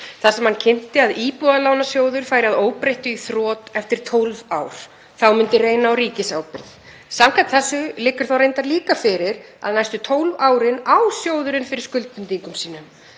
þar sem hann kynnti að Íbúðalánasjóður færi að óbreyttu í þrot eftir 12 ár. Þá myndi reyna á ríkisábyrgð. Samkvæmt þessu liggur reyndar líka fyrir að næstu 12 árin á sjóðurinn fyrir skuldbindingum sínum.